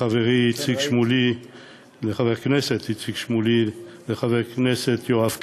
לחבר כנסת איציק שמולי, לחבר הכנסת יואב קיש,